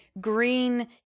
green